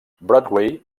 broadway